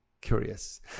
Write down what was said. curious